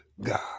God